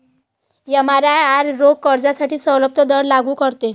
एमआरआयआर रोख कर्जासाठी सवलत दर लागू करते